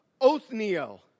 Othniel